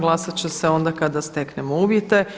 Glasat će se onda kada steknemo uvjete.